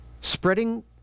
Spreading